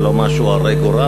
זה לא משהו הרה גורל,